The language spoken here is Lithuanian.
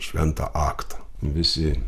šventą aktą visi